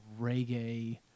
reggae